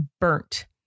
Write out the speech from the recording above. burnt